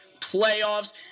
playoffs